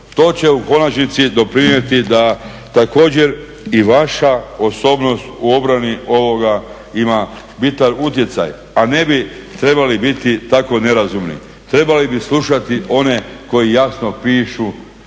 to će u konačnici doprinijeti da također i vaša osobnost u obrani ovoga ima bitan utjecaj, a ne bi trebali biti tako nerazumni, trebali bi slušati one koji jasno pišu